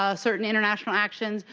ah certain international actions,